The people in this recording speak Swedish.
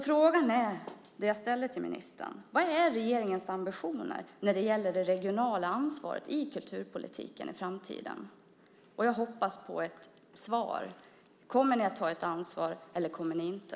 Frågan jag ställer till ministern är: Vad är regeringens ambitioner när det gäller det regionala ansvaret i kulturpolitiken i framtiden? Jag hoppas på ett svar. Kommer ni att ta ett ansvar eller kommer ni inte?